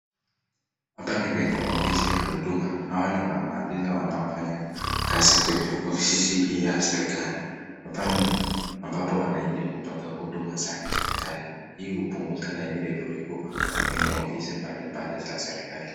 Hapa ni kwenye ofisi ya huduma. Hawa ni maafisa wanaofanya kazi kwenye ofisi ya serikali. Hapa ni ambapo wanchi hupata huduma za serikali. Hii upunguza laini refu refu kwenye ofisi mbalimbali za serikali.